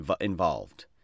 involved